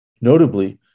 Notably